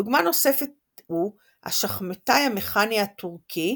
דוגמה נוספת הוא השחמטאי המכני "הטורקי"